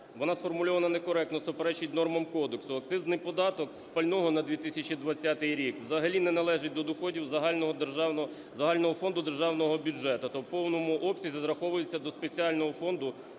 вона сформульована некоректно, суперечить нормам кодексу. Акцизний податок з пального на 2020 рік взагалі не належить до доходів загального фонду державного бюджету та в повному обсязі зараховується до спеціального фонду державного бюджету